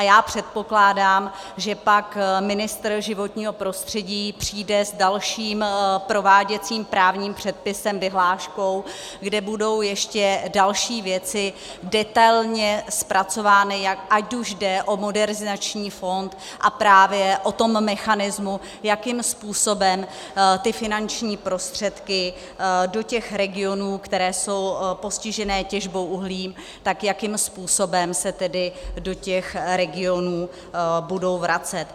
Já předpokládám, že pak ministr životního prostředí přijde s dalším prováděcím právním předpisem, vyhláškou, kde budou ještě další věci detailně zpracovány, ať už jde o Modernizační fond, a právě o tom mechanismu, jakým způsobem finanční prostředky do regionů, které jsou postiženy těžbou uhlí, jakým způsobem se do těch regionů budou vracet.